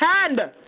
hand